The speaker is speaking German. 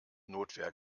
notwehr